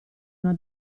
una